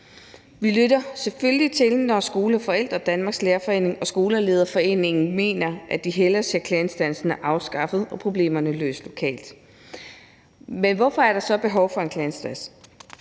Vi lytter selvfølgelig til det, når Skole og Forældre, Danmarks Lærerforening og Skolelederforeningen mener, at de hellere ser klageinstansen afskaffet og problemerne løst lokalt. Men hvorfor er der så behov for en klageinstans?